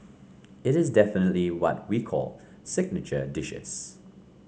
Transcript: it is definitely what we call signature dishes